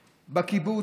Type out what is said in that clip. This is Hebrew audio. בקיבוץ,